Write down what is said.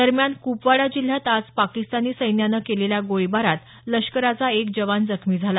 दरम्यान कुपवाडा जिल्ह्यात आज पाकिस्तानी सैन्यानं केलेल्या गोळीबारात लष्कराचा एक जवान जखमी झाला